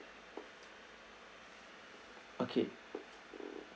okay